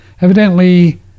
Evidently